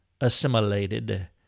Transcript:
assimilated